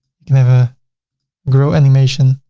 you can have a grow animation.